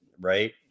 Right